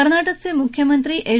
कर्नाटकाचे मुख्यमंत्री एच